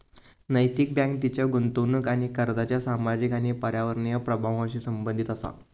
नैतिक बँक तिच्या गुंतवणूक आणि कर्जाच्या सामाजिक आणि पर्यावरणीय प्रभावांशी संबंधित असा